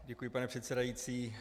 Děkuji, pane předsedající.